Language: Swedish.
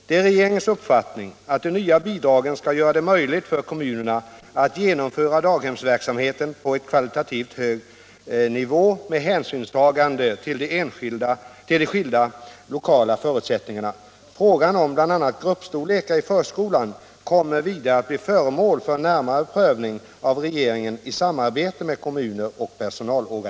Det är regeringens uppfattning att de nya bidragen skall göra det möjligt för kommunerna att genomföra daghemsverksamheten på en kvalitativt hög nivå med hänsynstagande till de skilda lokala förutsättningarna.